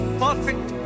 perfect